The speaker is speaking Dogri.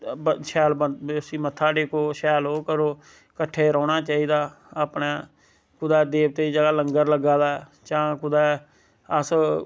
शैल इसी मत्था टेको शैल ओह् करो कट्ठे रौह्ना चाइदा अपने कुतै देवतें दी जगह लंगर लग्गा दा जां कुतै अस